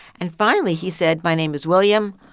and finally, he said, my name is william.